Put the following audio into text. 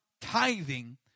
tithing